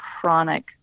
chronic